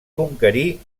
conquerir